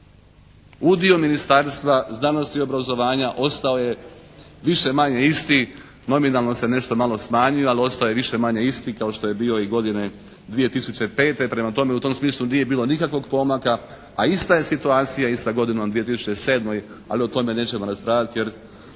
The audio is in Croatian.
Udio Ministarstva znanosti i obrazovanja ostao je više-manje isti, nominalno se nešto manje smanjio, ali ostao je više-manje isti kao što je bio i godine 2005. Prema tome u tom smislu nije bilo nikakvog pomaka, a ista je situacija i sa godinom 2007. ali o tome nećemo raspravljati jer